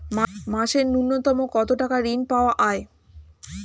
মাসে নূন্যতম কত টাকা ঋণ পাওয়া য়ায়?